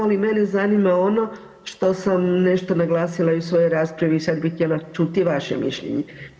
Ali mene zanima ono što sam nešto naglasila i u svojoj raspravi i sad bih htjela čuti vaše mišljenje.